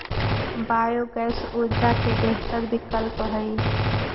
biogas ऊर्जा के बेहतर विकल्प हई